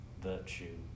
virtue